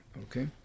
Okay